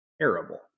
terrible